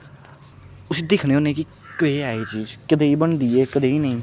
उसी दिक्खने होन्ने कि केह् ऐ चीज कदेही बनदी ऐ एह् कदेही नेईं